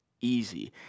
easy